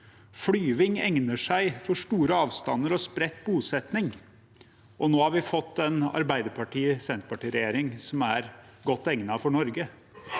Flyvning egner seg for store avstander og spredt bosetting. Nå har vi fått en Arbeiderparti–Senterparti-regjering som er godt egnet for Norge.